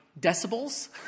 decibels